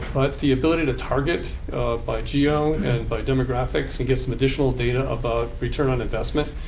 but the ability to target by geo and by demographics and get some additional data about return on investment,